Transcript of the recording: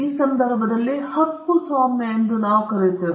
ಈ ಸಂದರ್ಭದಲ್ಲಿ ಹಕ್ಕುಸ್ವಾಮ್ಯವನ್ನು ನಾವು ಕರೆ ಮಾಡುತ್ತೇವೆ